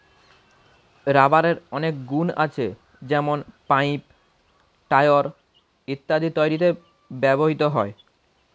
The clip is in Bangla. রাবারের অনেক গুন আছে যেমন পাইপ, টায়র ইত্যাদি তৈরিতে ব্যবহৃত হয়